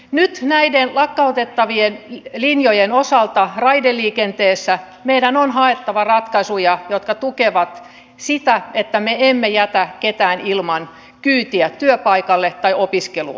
nyt näiden lakkautettavien linjojen osalta raideliikenteessä meidän on haettava ratkaisuja jotka tukevat sitä että me emme jätä ketään ilman kyytiä työpaikalle tai opiskeluun